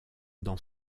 dans